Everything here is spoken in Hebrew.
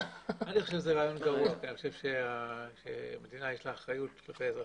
אני חושב שזה רעיון גרוע כי אני חושב שלמדינה יש אחריות כלפי האזרחים,